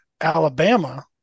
Alabama